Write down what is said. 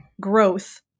growth